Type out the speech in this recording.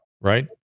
Right